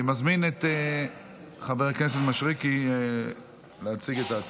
אני מזמין את חבר הכנסת מישרקי להציג את ההצעה.